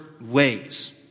ways